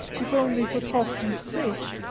if only for talking's sake,